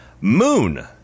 moon